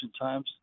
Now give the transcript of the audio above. times